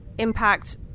Impact